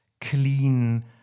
clean